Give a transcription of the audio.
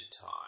time